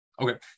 Okay